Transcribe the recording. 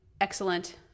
excellent